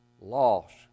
loss